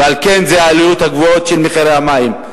ועל כן העלויות הגבוהות של מחירי המים.